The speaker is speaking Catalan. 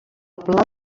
pla